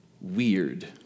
weird